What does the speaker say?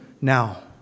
now